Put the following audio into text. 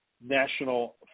National